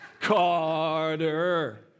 Carter